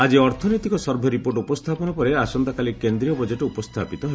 ଆଜି ଅର୍ଥନୈତିକ survey report ଉପସ୍ଥାପନ ପରେ ଆସନ୍ତାକାଲି କେନ୍ଦ୍ରୀୟ ବଜେଟ୍ ଉପସ୍ଥାପିତ ହେବ